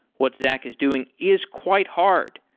what zach is doing is quite hard.